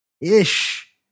ish